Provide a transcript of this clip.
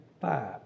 five